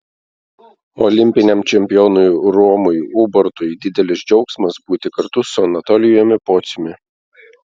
olimpiniam čempionui romui ubartui didelis džiaugsmas būti kartu su anatolijumi pociumi